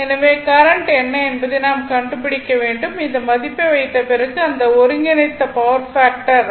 எனவே கரண்ட் என்ன என்பதை நாம் கண்டுபிடிக்க வேண்டும் இந்த மதிப்பை வைத்த பிறகு அந்த ஒருங்கிணைந்த பவர் ஃபாக்டர் 0